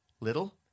Little